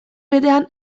berean